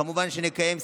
כמובן שנקיים סיורים,